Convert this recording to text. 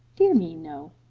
dear me, no.